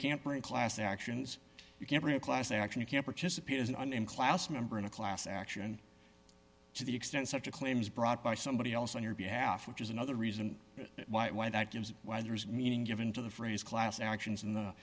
can't bring class actions you can bring a class action you can't participate as an in class member in a class action to the extent such a claim is brought by somebody else on your behalf which is another reason why that is why there is meaning given to the phrase class actions in the